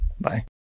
Bye